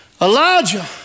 Elijah